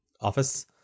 office